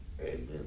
Amen